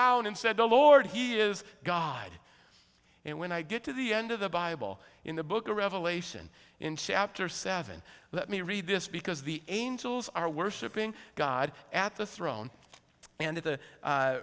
down and said oh lord he is god and when i get to the end of the bible in the book of revelation in chapter seven let me read this because the angels are worshipping god at the throne and at the